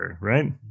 right